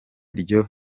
ryo